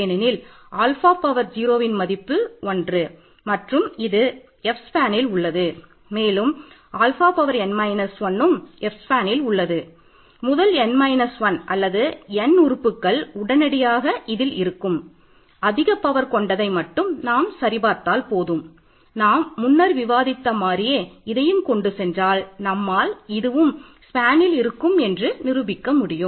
ஏனெனில் ஆல்ஃபா இருக்கும் என்று நிரூபிக்க முடியும்